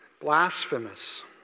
blasphemous